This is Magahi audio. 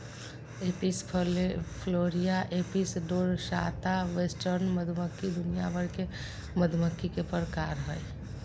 Apis florea, apis dorsata, western मधुमक्खी दुनिया भर के मधुमक्खी के प्रकार हय